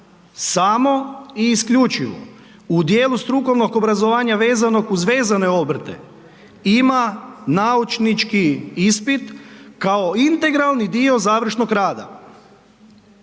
samo i isključivo u dijelu strukovnog obrazovanja vezanog uz vezane obrte ima naučnički ispit kao integralni dio završnog rada